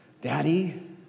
Daddy